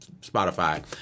Spotify